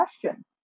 question